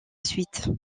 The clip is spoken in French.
suite